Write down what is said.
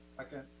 okay